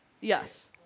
Yes